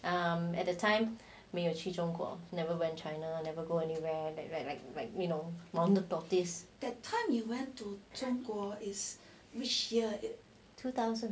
at the time 没有去中国 never went china never go anywhere like like like like you know mountain tortoise in two thousand